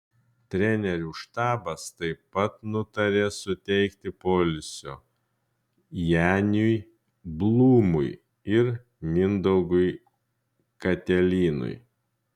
trenerių štabas taip pat nutarė suteikti poilsio janiui blūmui ir mindaugui katelynui